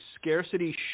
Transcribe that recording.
scarcity